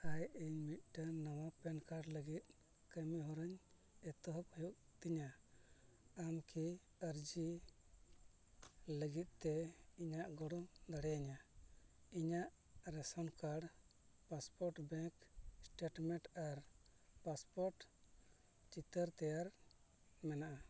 ᱦᱟᱭ ᱤᱧ ᱢᱤᱫᱴᱮᱱ ᱱᱟᱣᱟ ᱯᱮᱱ ᱠᱟᱨᱰ ᱞᱟᱹᱜᱤᱫ ᱠᱟᱹᱢᱤ ᱦᱚᱨᱟ ᱮᱛᱚᱦᱚᱵ ᱦᱩᱭᱩᱜ ᱛᱤᱧᱟᱹ ᱟᱢᱠᱤ ᱟᱨᱡᱤ ᱞᱟᱹᱜᱤᱫᱛᱮ ᱤᱧᱮᱢ ᱜᱚᱲᱚ ᱫᱟᱲᱮᱭᱟᱹᱧᱟᱹ ᱤᱧᱟᱹᱜ ration card passport bank statement ᱟᱨ ᱯᱟᱥᱯᱳᱨᱴ ᱪᱤᱛᱟᱹᱨ ᱛᱮᱭᱟᱨ ᱢᱮᱱᱟᱜᱼᱟ